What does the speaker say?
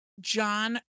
John